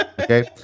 okay